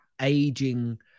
aging